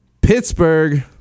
pittsburgh